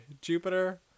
jupiter